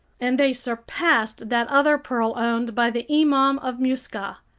and they surpassed that other pearl owned by the imam of muscat,